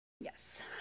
Yes